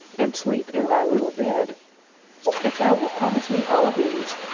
and sleep in thy little bed if thou wilt promise me all these,